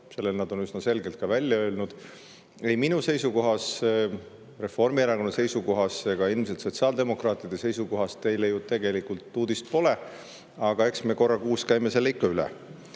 Selle nad on üsna selgelt välja öelnud. Ei minu seisukoht, Reformierakonna seisukoht ega ilmselt ka sotsiaaldemokraatide seisukoht teile ju tegelikult uudis pole, aga eks me korra kuus käime selle ikka